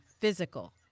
physical